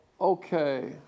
okay